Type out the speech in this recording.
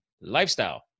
lifestyle